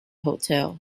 hotel